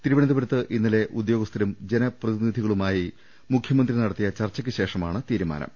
തിരുവനന്തപുരത്ത് ഇന്നലെ ഉദ്യോഗസ്ഥരും ജനപ്രതിനിധികളുമായി മുഖ്യമന്ത്രി നടത്തിയ ചർച്ചക്ക്ശേഷമാണ് തീരുമാനം